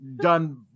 done